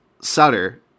sutter